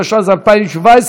התשע"ז 2017,